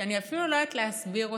שאני אפילו לא יודעת להסביר אותה,